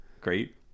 Great